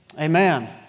Amen